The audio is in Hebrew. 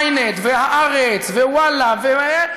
ynet, ו"הארץ" ו"וואלה" ו"ישראל היום".